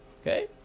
okay